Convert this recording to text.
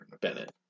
Bennett